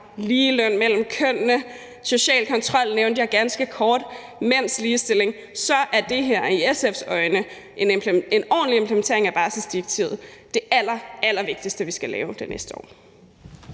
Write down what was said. ligeløn mellem kønnene, social kontrol, som jeg nævnte ganske kort, mænds ligestilling, så er en ordentlig implementering af barselsdirektivet i SF's øjne det allerallervigtigste, vi skal lave det næste år.